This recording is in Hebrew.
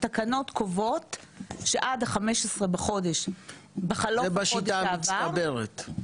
התקנות קובעות שעד ה-15 בחודש בחלוף החודש שעבר- -- זה בשיטה המצטברת?